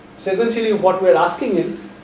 so, essentially what we are asking is